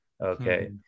okay